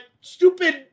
stupid